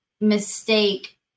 mistake